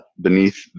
beneath